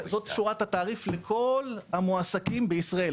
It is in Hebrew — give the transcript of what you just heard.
זאת שורת התעריף לכל המועסקים בישראל: